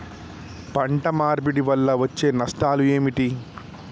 పంట మార్పిడి వల్ల వచ్చే నష్టాలు ఏమిటి?